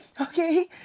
Okay